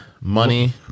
money